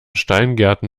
steingärten